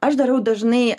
aš darau dažnai